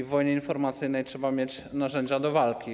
W wojnie informacyjnej trzeba mieć narzędzia do walki.